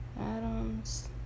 Adams